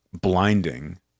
blinding